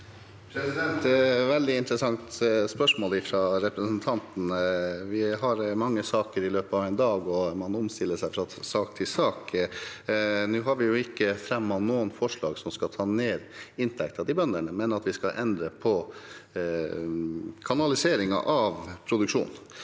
vel- dig interessant spørsmål fra representanten. Vi har mange saker i løpet av en dag, og man omstiller seg fra sak til sak. Nå har vi ikke fremmet noen forslag som skal ta ned inntekten til bøndene, men mener at vi skal endre på kanaliseringen av produksjon.